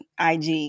IG